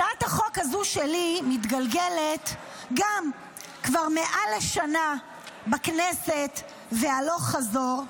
הצעת החוק הזו שלי מתגלגלת גם כבר מעל שנה בכנסת והלוך חזור.